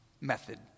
method